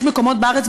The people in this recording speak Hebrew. יש מקומות בארץ,